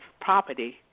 property